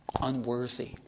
unworthy